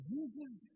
Jesus